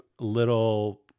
little